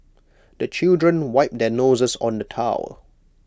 the children wipe their noses on the towel